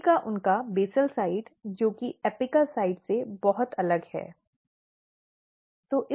पत्ती का उनका बेसल पक्ष जो कि एपिकॅल पक्ष से बहुत अलग है